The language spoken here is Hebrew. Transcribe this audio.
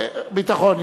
ביטחון.